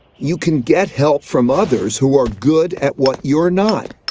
you can get help from others who are good at what you're not,